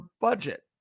budget